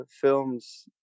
films